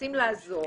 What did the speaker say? מנסים לעזור,